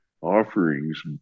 offerings